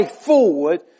forward